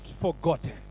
forgotten